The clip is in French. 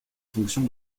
fonction